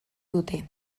dute